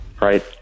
right